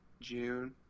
June